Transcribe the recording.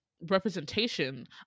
representation